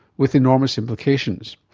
with enormous implications.